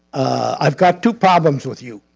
i've got two problems with you.